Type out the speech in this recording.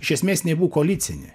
iš esmės jinai bū koalicinė